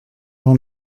jean